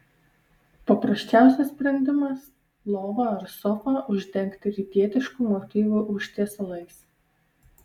paprasčiausias sprendimas lovą ar sofą uždengti rytietiškų motyvų užtiesalais